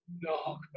No